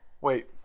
Wait